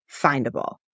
findable